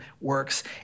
works